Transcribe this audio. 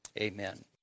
Amen